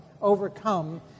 overcome